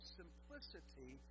simplicity